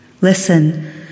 Listen